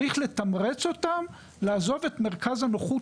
צריך לתמרץ אותם לעזוב את מרכז הנוחות